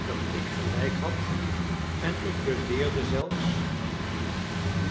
dat ik gelijk had en ik beweerde zelfs